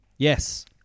Yes